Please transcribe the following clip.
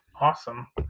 Awesome